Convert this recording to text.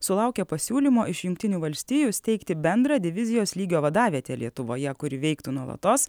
sulaukė pasiūlymo iš jungtinių valstijų steigti bendrą divizijos lygio vadavietę lietuvoje kuri veiktų nuolatos